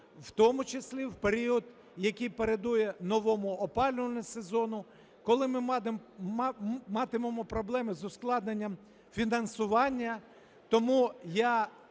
в тому числі в період, який передує новому опалювальному сезону, коли ми матимемо проблеми з ускладненням фінансування. Тому я